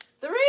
Three